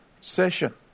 session